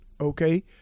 okay